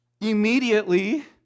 Immediately